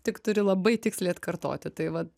tik turi labai tiksliai atkartoti tai vat